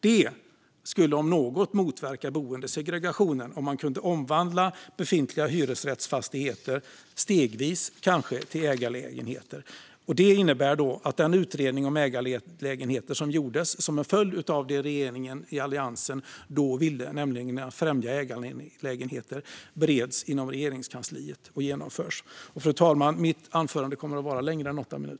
Det skulle, om något, motverka boendesegregationen om man kunde omvandla befintliga hyresrättsfastigheter stegvis till ägarlägenheter. Det innebär att den utredning om ägarlägenheter som gjordes som en följd av vad alliansregeringen då ville, nämligen främja ägarlägenheter, nu bereds inom Regeringskansliet och genomförs.